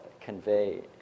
convey